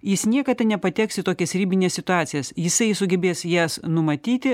jis niekada nepateks į tokias ribines situacijas jisai sugebės jas numatyti